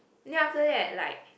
then after that like